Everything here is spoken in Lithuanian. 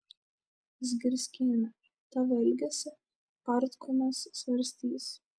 zgirskiene tavo elgesį partkomas svarstys